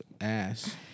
ass